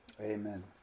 amen